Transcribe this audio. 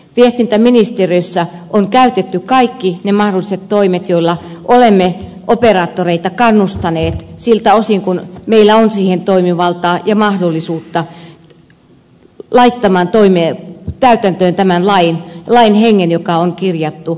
viestintäministeriössä on käytetty kaikki ne mahdolliset toimet joilla olemme operaattoreita kannustaneet siltä osin kuin meillä on siihen toimivaltaa ja mahdollisuutta laittaa täytäntöön tämän lain hengen joka on kirjattu